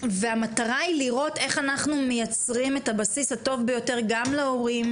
המטרה היא לראות איך אנחנו מייצרים את הבסיס הטוב ביותר להורים,